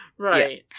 Right